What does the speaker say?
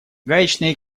гаечные